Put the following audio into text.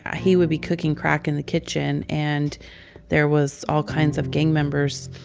ah he would be cooking crack in the kitchen, and there was all kinds of gang members.